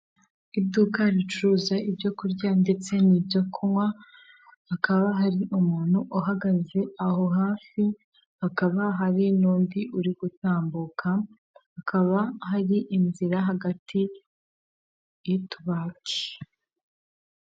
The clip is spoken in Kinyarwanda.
Iduka ricuruza ibyo kurya ndetse n'ibyo kunywa ,hakaba hari umuntu uhagaze aho hafi ,hakaba hari nundi uri gutambuka ,hakaba har' inzira hagati y'utubati.